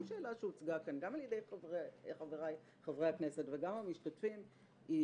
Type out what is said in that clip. שאלה שהוצגה כאן גם על-ידי חבריי חברי הכנסת וגם על-ידי המשתתפים היא